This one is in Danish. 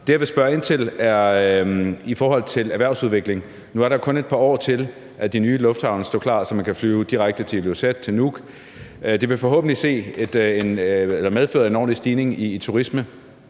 Det, jeg ville spørge ind til, er i forhold til erhvervsudvikling. Nu er der jo kun et par år til, at de nye lufthavne står klar, så man kan flyve direkte til Ilulissat, til Nuuk. Det vil forhåbentlig medføre en ordentlig stigning i turisme,